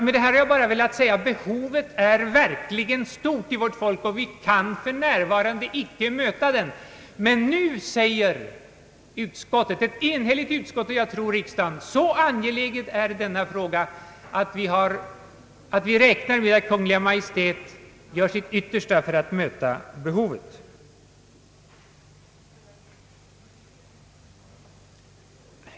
Med detta har jag endast velat säga att behovet av hjälp i psykiatriska konfliktsituationer är verkligt stort här i landet, och vi kan för närvarande inte möta det. Men nu säger ett enhälligt utskott och jag tror riksdagen, att denna fråga är så angelägen att vi räknar med att Kungl. Maj:t gör sitt yttersta för att möta behovet.